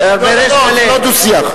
לא דו-שיח.